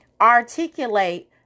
articulate